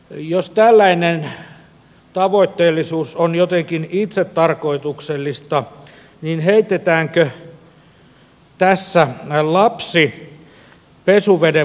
jos tällainen tavoitteellisuus on jotenkin itsetarkoituksellista niin heitetäänkö tässä lapsi pesuveden mukana